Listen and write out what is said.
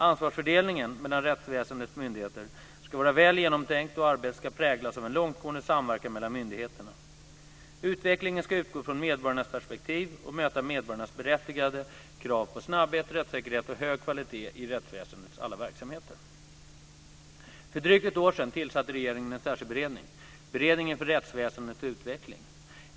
Ansvarsfördelningen mellan rättsväsendets myndigheter ska vara väl genomtänkt, och arbetet ska präglas av en långtgående samverkan mellan myndigheterna. Utvecklingen ska utgå från medborgarnas perspektiv och möta medborgarnas berättigade krav på snabbhet, rättssäkerhet och hög kvalitet i rättsväsendets alla verksamheter. För drygt ett år sedan tillsatte regeringen en särskild beredning, Beredningen för rättsväsendets utveckling.